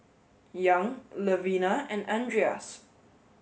young Levina and Andreas